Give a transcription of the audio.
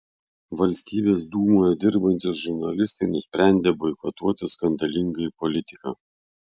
valstybės dūmoje dirbantys žurnalistai nusprendė boikotuoti skandalingąjį politiką